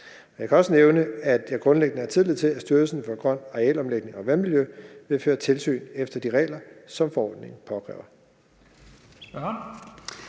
Jeg kan også nævne, at jeg grundlæggende har tillid til, at Styrelsen for Grøn Arealomlægning og Vandmiljø vil føre tilsyn efter de regler, som forordningen påkræver.